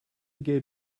gave